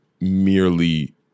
merely